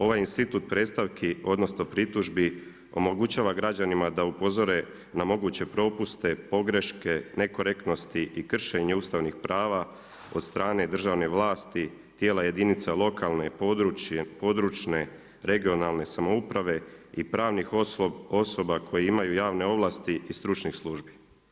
Ovaj institut predstavki, odnosno pritužbi omogućava građanima da upozore na moguće propuste, pogreške nekorektnosti i kršenje ustavnih prava od strane države vlasti, tijela jedinica lokalne, područne regionalne samouprave i pravnih osoba koje imaju javne ovlaste iz stručnih službi.